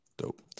Dope